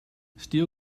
steel